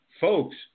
folks